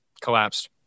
collapsed